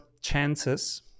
chances